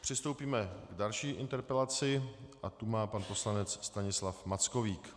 Přistoupíme k další interpelaci a tu má pan poslanec Stanislav Mackovík.